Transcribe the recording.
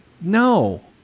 no